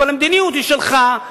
אבל המדיניות היא שלך,